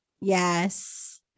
Yes